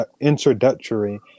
introductory